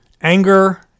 anger